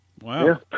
Wow